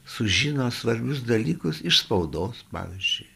sužino svarbius dalykus iš spaudos pavyzdžiui